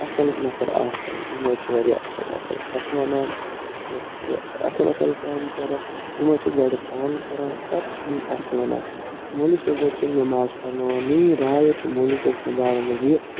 اَصٕل نفر آسان یِم حظ چھِ وارِیاہ اَصٕل اَصٕل کَتھٕ وَنان اَصٕل اَصٕل کامہِ کَران یِم حظ چھِ گۄڈٕ پانہٕ کَران پتہٕ چھِ یِم اَسہِ وَنان مولی صٲب حظ چھِ نِماز پَرناوان میٲنۍ راے حظ چھِ مولی صٲب کٮ۪ن بارن منٛز یہِ